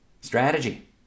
Strategy